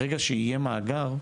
ברגע שיהיה מאגר,